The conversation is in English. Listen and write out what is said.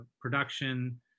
production